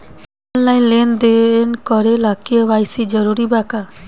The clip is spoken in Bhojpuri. आनलाइन लेन देन करे ला के.वाइ.सी जरूरी बा का?